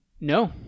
no